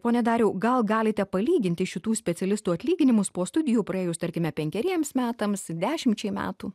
pone dariau gal galite palyginti šitų specialistų atlyginimus po studijų praėjus tarkime penkeriems metams dešimčiai metų